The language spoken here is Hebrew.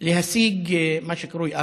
להשיג מה שקרוי הרגעה,